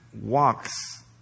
walks